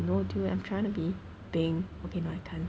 no dude I'm trying to be beng okay now I can't